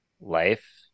life